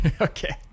Okay